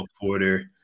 quarter